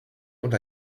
und